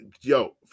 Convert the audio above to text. yo